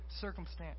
circumstance